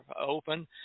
open